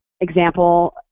example